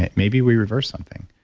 and maybe we reversed something.